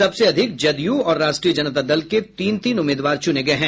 सबसे अधिक जदयू और राष्ट्रीय जनता दल के तीन तीन उम्मीदवार चुने गये हैं